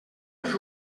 els